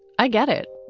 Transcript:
i get it.